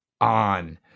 on